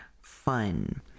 fun